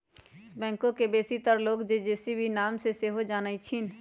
backhoe के बेशीतर लोग जे.सी.बी के नाम से सेहो जानइ छिन्ह